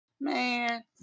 Man